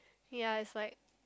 ya it's like